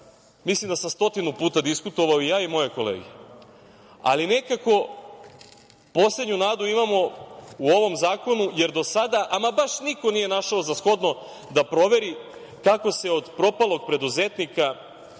mislim da sam stotinu puta diskutovao i ja i moje kolege. Nekako poslednju nadu imamo u ovom zakonu, jer do sada ama baš niko nije našao za shodno da proveri kako se od propalog preduzetnika,